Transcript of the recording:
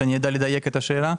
שאדייק את השאלה.